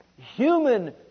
human